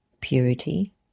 purity